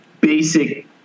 basic